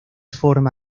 forma